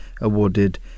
awarded